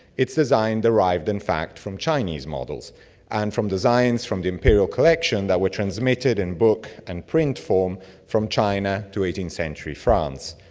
its design derived in fact from chinese models and from designs from the imperial collection that were transmitted in book and print form from china to eighteenth century france.